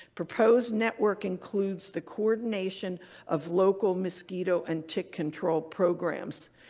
proposed network includes the coordination of local mosquito and tick control programs,